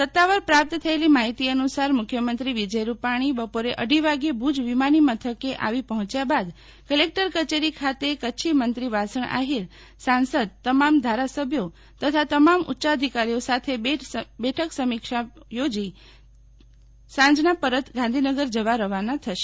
સતાવાર પ્રાપ્ત થયેલી માહિતી અનુસાર મુખ્યમંત્રી વિજય રૂપાણી બપોરે અઢી વાગ્યે ભુજ વિમાનીમથકે આવી પહોંચ્યા બાદ કલેકટર કચેરી ખાતે કચ્છીમંત્રી વાસણ આહિર સાંસદ તમામ ધારાસભ્યો તેમજ તમામ ઉચ્ચાધિકારીઓ સાથે બેઠક સમીક્ષા બેઠક યોજી સાંજે ગાંધીનગર જવા રવાના થશે